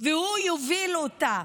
והוא יוביל אותה.